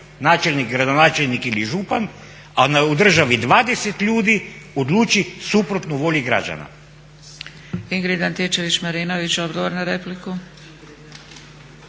načelnik, gradonačelnik ili župan, a u državi 20 ljudi odluči suprotno volji građana.